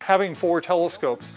having four telescopes